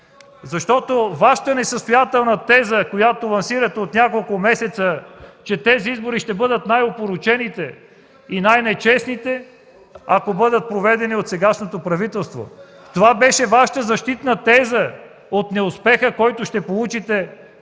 Вашата несъстоятелна теза, която лансирате от няколко месеца е, че тези избори ще бъдат най-опорочените и най-нечестните, ако бъдат проведени от сегашното правителство. Това беше Вашата защитна теза за неуспеха, който ще получите на